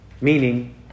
meaning